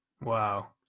Wow